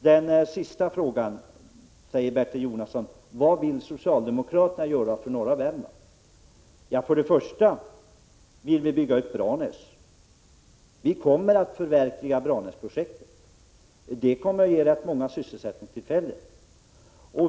Till slut frågade Bertil Jonasson: Vad vill socialdemokraterna göra för norra Värmland? Jo, först och främst vill vi bygga ut Branäs. Vi kommer att förverkliga Branäsprojektet, och det kommer att ge rätt många sysselsättningstillfällen.